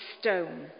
stone